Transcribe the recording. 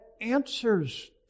answers